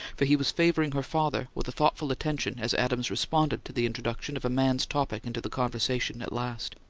for he was favouring her father with a thoughtful attention as adams responded to the introduction of a man's topic into the conversation at last.